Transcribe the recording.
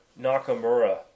Nakamura